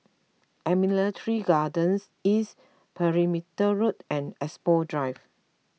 Admiralty Garden East Perimeter Road and Expo Drive